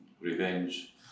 revenge